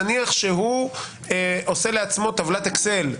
נניח שעושה לעצמו טבלת אקסל.